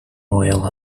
royal